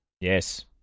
Yes